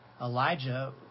Elijah